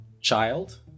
child